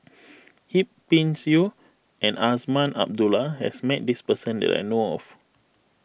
Yip Pin Xiu and Azman Abdullah has met this person that I know of